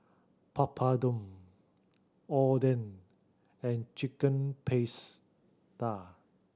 Papadum Oden and Chicken Pasta